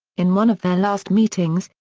in one of their last meetings,